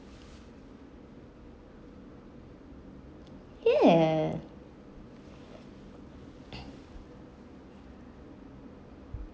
yeah